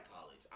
college